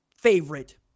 favorite